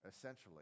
essentially